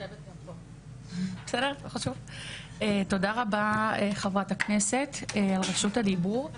תודה רבה לחברת הכנסת ויושבת ראש הוועדה על רשות הדיבור,